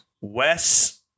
Wes